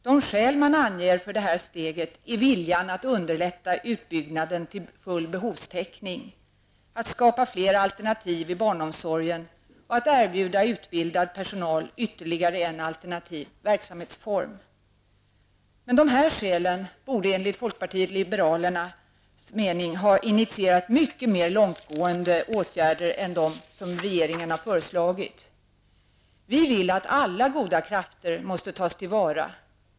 De skäl man anger för detta steg är viljan att underlätta utbyggnaden till full behovstäckning, att skapa fler alternativ i barnomsorgen och att erbjuda utbildad personal ytterligare en alternativ verksamhetsform. Men dessa skäl borde enligt folkpartiet liberalernas mening ha initierat mycket mer långtgående åtgärder än dem regeringen har föreslagit. Folkpartiet liberalerna anser att alla goda krafter måste tas till vara.